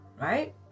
right